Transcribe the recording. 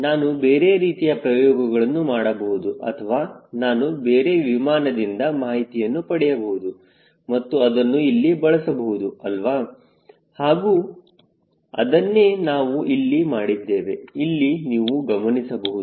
ನಾನು ಬೇರೆ ರೀತಿಯ ಪ್ರಯೋಗಗಳನ್ನು ಮಾಡಬಹುದು ಅಥವಾ ನಾನು ಬೇರೆ ವಿಮಾನಿನಿಂದ ಮಾಹಿತಿಯನ್ನು ಪಡೆಯಬಹುದು ಮತ್ತು ಅದನ್ನು ಇಲ್ಲಿ ಬಳಸಬಹುದು ಅಲ್ವಾ ಹಾಗೂ ಅದನ್ನೇ ನಾವು ಇಲ್ಲಿ ಮಾಡಿದ್ದೇವೆ ಇಲ್ಲಿ ನೀವು ಗಮನಿಸಬಹುದು